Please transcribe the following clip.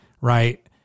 right